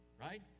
right